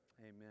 Amen